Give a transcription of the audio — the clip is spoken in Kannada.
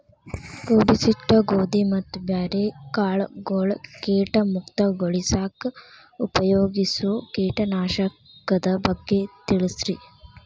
ಕೂಡಿಸಿಟ್ಟ ಗೋಧಿ ಮತ್ತ ಬ್ಯಾರೆ ಕಾಳಗೊಳ್ ಕೇಟ ಮುಕ್ತಗೋಳಿಸಾಕ್ ಉಪಯೋಗಿಸೋ ಕೇಟನಾಶಕದ ಬಗ್ಗೆ ತಿಳಸ್ರಿ